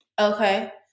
Okay